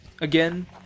again